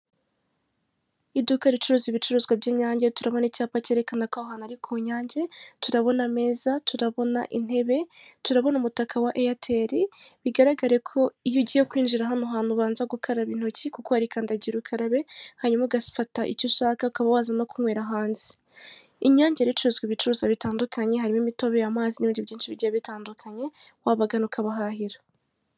Iduka ricuruza ibicuruzwa by'INYANGE, turabona ko icyapa cyerekana ko aho hantu ari ku INYANGE, turabona ameza, turabona intebe, turabona umutaka wa AIRTEL bigaragare ko iyo ugiye kwinjira hano hantu ubanza gukaraba intoki kuko hari kandagira ukarabe hanyuma ugafata icyo ushaka, ukaba waza no kunywera hanze. INYANGE rero icuruza ibicuruzwa bitandukanye harimo imitobe, amazi n'ibindi bigiye bitandukanye, wabagana ukabahahira.